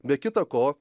be kita ko